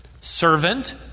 servant